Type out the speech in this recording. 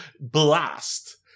blast